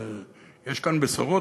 יש כאן בשורות?